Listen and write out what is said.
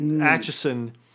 Atchison